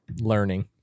learning